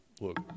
Look